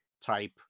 type